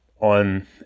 on